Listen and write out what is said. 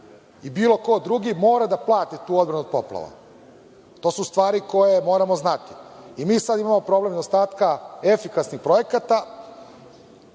bilo ko drugi mora da plati tu odbranu od poplava. To su stvari koje moramo znati. Sada imamo problem nedostatka efikasnih projekata.